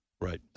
right